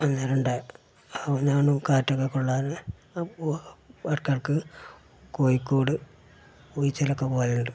വന്നിട്ടുണ്ടെ അപ്പോള് ഞാനും കാറ്റൊക്കെ കൊള്ളാന് പോവുക ഇടയ്ക്കിടയ്ക്ക് കോഴിക്കോട് ബീച്ചിലൊക്കെ പോകലുണ്ട്